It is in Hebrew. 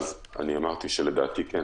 אמרתי שלדעתי כן,